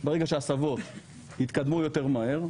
ברגע שההסבות יתקדמו יותר מהר.